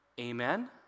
Amen